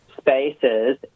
spaces